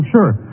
Sure